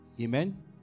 Amen